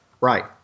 right